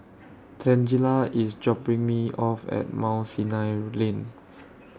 Tangela IS dropping Me off At Mount Sinai Lane